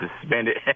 suspended